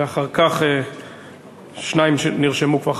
ואחר כך שניים שנרשמו כבר,